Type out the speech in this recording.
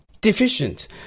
deficient